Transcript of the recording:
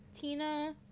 Tina